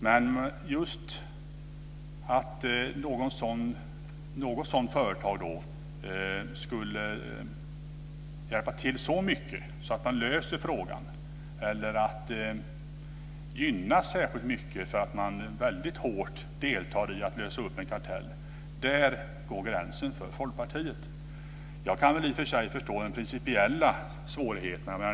Men att ett sådant företag skulle hjälpa till så mycket att man löser frågan, eller att man gynnas särskilt mycket för att man väldigt hårt deltar i att lösa kartell - där går gränsen för Folkpartiet. Jag kan i och för sig förstå de principiella svårigheterna.